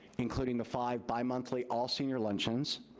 including the five bimonthly all senior luncheons,